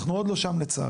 אנחנו עוד לא שם לצערי.